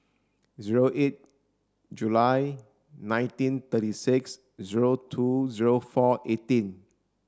zero eight July nineteen thirty six zero two zero four eighteen